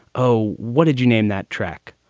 oh, what did you name that track?